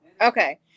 Okay